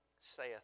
saith